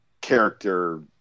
character